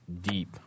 deep